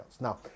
Now